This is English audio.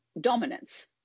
dominance